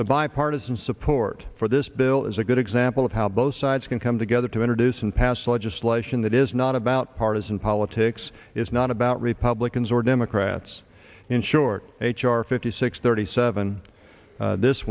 the bipartisan support for this bill is a good example of how both sides can come together to introduce and pass legislation that is not about partisan politics it's not about republicans or democrats in short h r fifty six thirty seven this